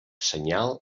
senyal